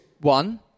one